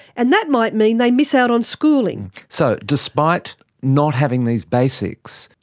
and that might mean they miss out on schooling. so, despite not having these basics,